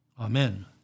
Amen